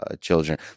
children